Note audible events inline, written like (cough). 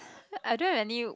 (breath) I don't have any